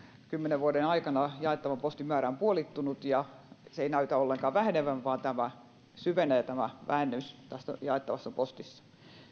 kymmenen vuoden aikana jaettavan postin määrä on puolittunut ja se ei näytä ollenkaan kasvavan vaan tämä vähennys syvenee tässä jaettavassa postissa